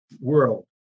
world